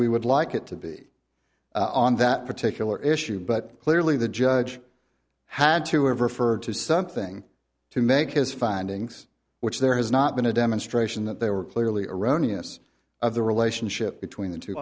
we would like it to be on that particular issue but clearly the judge had to have referred to something to make his findings which there has not been a demonstration that they were clearly erroneous of the relationship between the two